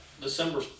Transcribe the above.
December